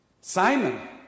Simon